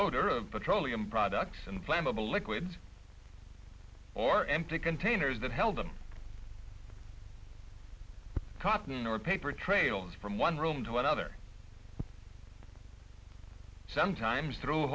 of petroleum products and flammable liquids or empty containers that held them cotton or paper trails from one room to another sometimes thro